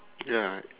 ya